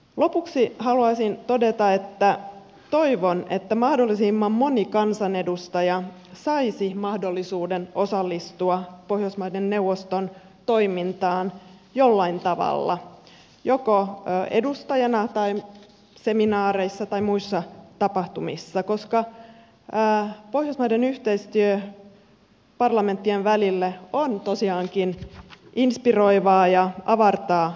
lopuksi haluaisin todeta että toivon että mahdollisimman moni kansanedustaja saisi mahdollisuuden osallistua pohjoismaiden neuvoston toimintaan jollain tavalla joko edustajana tai seminaareissa tai muissa tapahtumissa koska pohjoismaiden yhteistyö parlamenttien välillä on tosiaankin inspiroivaa ja avartaa näkemyksiä